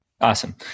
Awesome